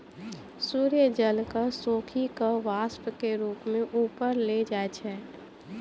सूर्य जल क सोखी कॅ वाष्प के रूप म ऊपर ले जाय छै